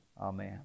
amen